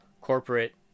corporate